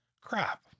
crap